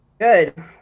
Good